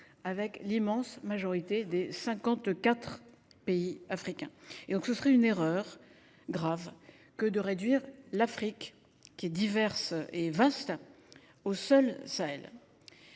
avec l’immense majorité des 54 pays africains. Ce serait une erreur grave que de réduire l’Afrique, qui est diverse et vaste, au seul Sahel.